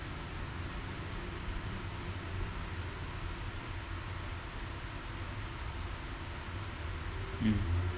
mm